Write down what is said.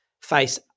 face